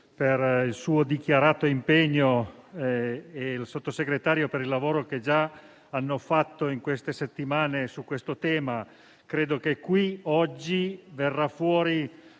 per il suo dichiarato impegno e il Sottosegretario per il lavoro che già è stato fatto in queste settimane su questo tema. Credo che oggi in questa